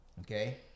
Okay